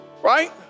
right